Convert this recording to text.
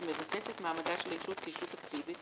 שמבסס את מעמדה של הישות כישות אקטיבית,